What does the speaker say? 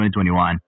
2021